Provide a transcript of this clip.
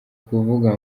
kuvuga